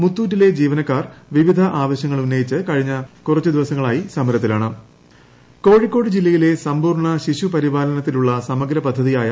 മുത്തൂറ്റിലെ ജീവനക്കാർ വിവിധ ആവശ്യങ്ങൾ ഉന്നയിച്ച് കഴിഞ്ഞ കുറച്ചു ദിവസങ്ങളായി സമരത്തില്ലാണ് ദ ക്രാഡിൽ കോഴിക്കോട് ജില്ലയിലെ സമ്പൂർണ്ണ ശിശുപരിപാലനത്തിനുള്ള സമഗ്ര പദ്ധതിയായ